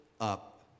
up